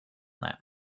that